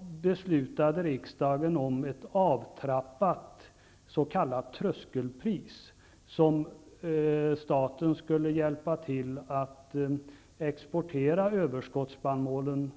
beslutade riksdagen om ett avtrappat s.k. tröskelpris, med hjälp av vilket staten skulle hjälpa till att exportera överskottsspannmålen.